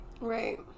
Right